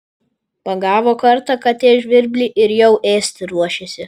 pagavo kartą katė žvirblį ir jau ėsti ruošiasi